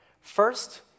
First